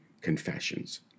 confessions